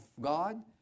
God